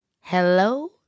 Hello